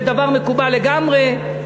זה דבר מקובל לגמרי.